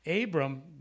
Abram